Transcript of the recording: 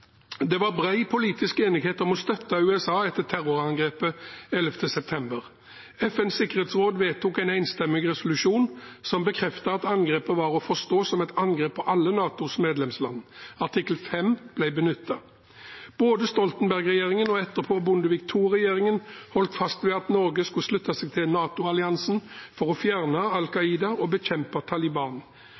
Det var bred politisk enighet om å støtte USA etter terrorangrepet 11. september. FNs sikkerhetsråd vedtok en enstemmig resolusjon som bekreftet at angrepet var å forstå som et angrep på alle NATOs medlemsland. Artikkel 5 ble benyttet. Både Stoltenberg-regjeringen og etterpå Bondevik II-regjeringen holdt fast ved at Norge skulle slutte seg til NATO-alliansen for å fjerne Al Qaida og bekjempe Taliban.